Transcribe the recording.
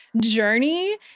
journey